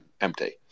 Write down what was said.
empty